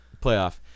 Playoff